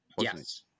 Yes